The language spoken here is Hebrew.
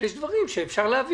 אבל יש דברים שאפשר להביא.